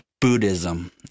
Buddhism